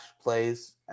plays